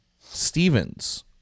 stevens